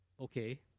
okay